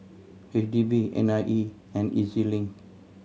H D B N I E and E Z Link